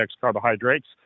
carbohydrates